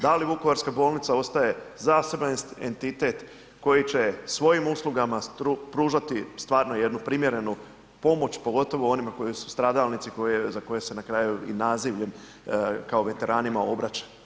Da li Vukovarska bolnica ostaje zaseban entitet koji će svojim uslugama pružati stvarno jednu primjerenu pomoć pogotovo onima koji su stradalnici koje za koje se i nazivljem kao veteranima obraća.